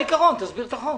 תסביר את החוק.